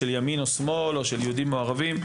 של ימין או שמאל או של יהודים או ערבים.